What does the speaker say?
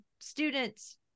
students